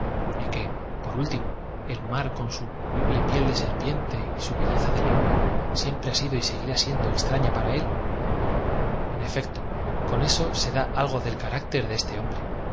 y que por ltimo e l mar con su m ovible piel de serpiente y su belleza de leona siempre ha sido y seguirá siendo eztrafia para él en efecto con eso se da algo d el carácter de este hombre